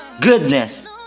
goodness